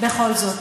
בכל זאת.